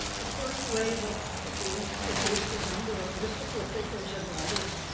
the first wave of beguines produced a number of mystical thinkers and writers.